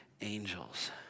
angels